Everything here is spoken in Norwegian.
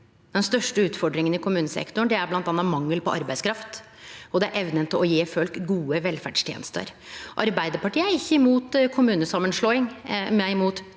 Den største utfordringa i kommunesektoren er bl.a. mangel på arbeidskraft, og det er evna til å gje folk gode velferdstenester. Arbeidarpartiet er ikkje mot kommunesamanslåing, me er mot